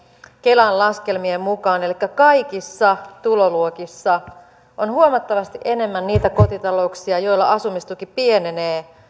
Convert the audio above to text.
kelan laskelmien mukaan elikkä kaikissa tuloluokissa on huomattavasti enemmän niitä kotitalouksia joilla asumistuki pienenee